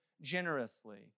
generously